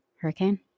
hurricane